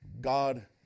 God